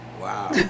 Wow